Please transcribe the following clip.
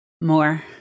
More